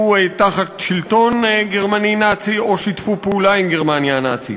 תחת שלטון גרמני נאצי או שיתפו פעולה עם גרמניה הנאצית.